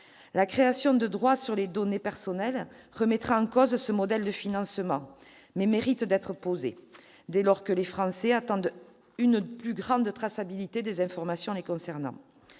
La création de droits sur les données personnelles remettrait en cause ce modèle de financement. Un tel sujet mérite d'être débattu, dès lors que les Français attendent une plus grande traçabilité des informations les concernant.